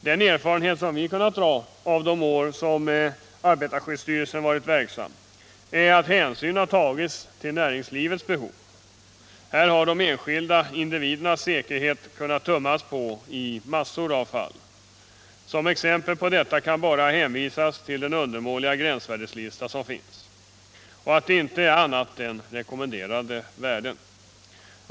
Den erfarenhet som vi kunnat dra av de år som arbetarskyddsstyrelsen varit verksam är att hänsyn har tagits till näringslivets behov; här har man tummat på de enskilda individernaz3 säkerhet i massor av fall. Som exempel på detta kan bara hänvisas till den undermåliga gränsvärdelista som finns och att värdena inte är annat än rekommenderade.